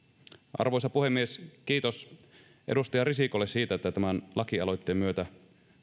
arvoisa puhemies kiitos edustaja risikolle siitä että tämän lakialoitteen myötä